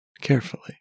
carefully